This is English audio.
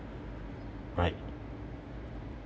right